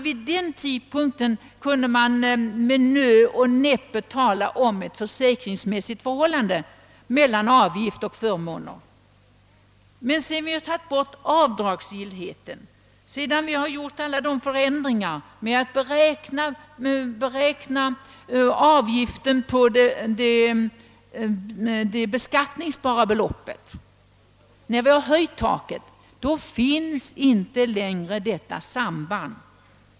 Vid den tidpunkten kunde man med nöd och näppe tala om ett försäkringsmässigt förhållande mellan avgift och förmåner. Sedan vi tagit bort avdragsrätten, sedan vi gjort alla förändringar med att beräkna avgiften på det beskattningsbara beloppet och höjt taket, finns inte längre detta samband.